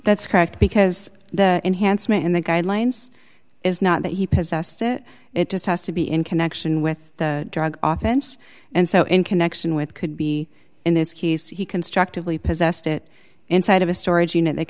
that's cracked because the enhancement in the guidelines is not that he possessed it it just has to be in connection with the drug often so and so in connection with could be in this case he constructively possessed it inside of a storage unit th